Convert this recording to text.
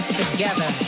together